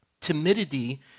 Timidity